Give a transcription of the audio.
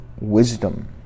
wisdom